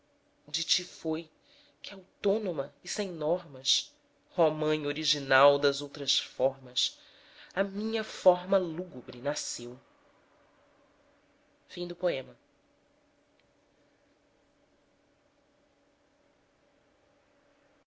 de ti foi que autônoma e sem normas oh mãe original das outras formas a minha forma lúgubre nasceu ah